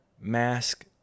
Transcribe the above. mask